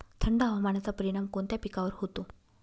थंड हवामानाचा परिणाम कोणत्या पिकावर होतो?